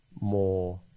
more